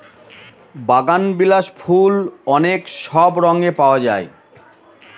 বাগানবিলাস ফুল অনেক সব রঙে পাওয়া যায়